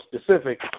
specific